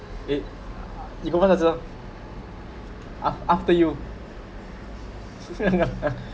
it it has a af~ after you